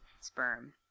sperm